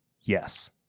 Yes